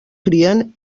crien